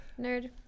Nerd